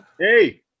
Hey